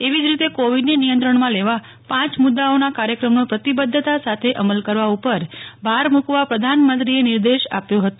એવી જ રીત કોવિડને નિયંત્રણમાં લેવા પાંચ મુદ્દાઓના કાર્યક્રમનો પ્રતિબધ્ધતા સાથે અમલ કરવા ઉપર ભાર મૂકવા પ્રધાનમંત્રીએ નિર્દેશ આપ્યો હતો